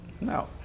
No